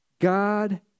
God